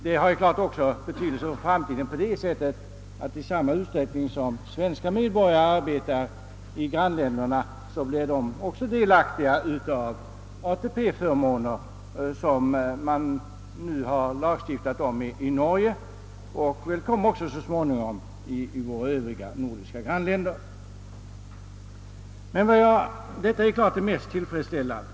Det har naturligtvis också betydelse för framtiden på det sättet, alt i den mån svenska medborgare arbetar i grannländerna de också blir delaktiga av ATP-förmåner som man nu har lagstiftat om i Norge och som man väl också så småningom kommer att lagstifta om i våra Övriga nordiska grannländer. Detta är naturligtvis mycket tillfredsställande.